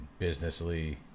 businessly